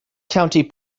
county